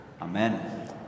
Amen